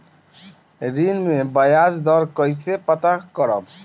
ऋण में बयाज दर कईसे पता करब?